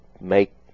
make